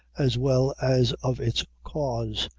as well as of its cause,